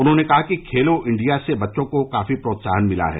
उन्होंने कहा कि खेलो इंडिया से बच्चों को काफी प्रोत्साहन मिला है